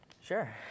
Sure